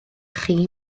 chi